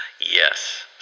Yes